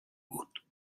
بود